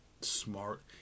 smart